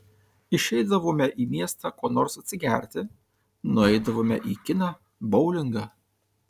išeidavome į miestą ko nors atsigerti nueidavome į kiną boulingą